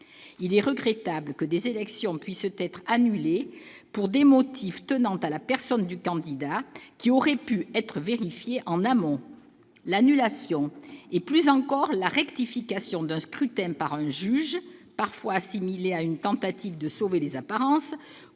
Il est regrettable que des élections puissent être annulées pour des motifs tenant à la personne du candidat qui auraient pu faire l'objet de vérifications en amont. L'annulation, et plus encore la rectification d'un scrutin par un juge, parfois assimilée à une tentative de sauvetage des apparences,